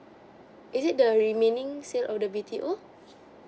is it the remaining sale on the B_T_O